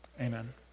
amen